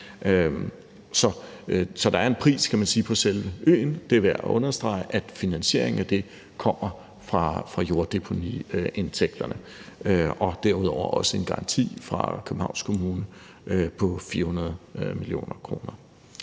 Så der er en pris på selve øen, og det er værd at understrege, at finansieringen af det kommer fra jorddeponiindtægterne, og derudover er der også en garanti fra Københavns Kommune på 400 mio. kr.